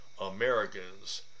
Americans